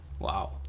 Wow